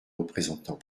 représentant